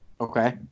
Okay